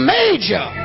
major